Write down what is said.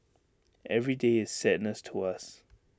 every day is sadness to us